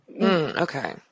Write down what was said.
okay